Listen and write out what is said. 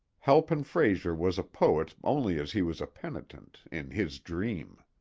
halpin frayser was a poet only as he was a penitent in his dream.